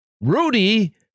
Rudy